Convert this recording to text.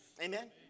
Amen